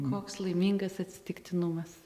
koks laimingas atsitiktinumas